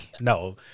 No